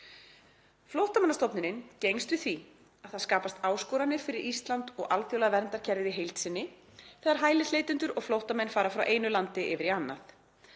Flóttamannastofnunin gengst við því að það skapast áskoranir fyrir Ísland og alþjóðlega verndarkerfið í heild sinni þegar hælisleitendur og flóttamenn fara frá einu landi yfir í annað.